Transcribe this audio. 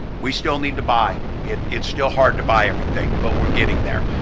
we still need to buy, it's it's still hard to buy everything, but we're getting there.